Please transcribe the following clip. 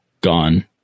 gone